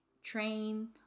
train